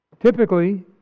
Typically